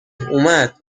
اومد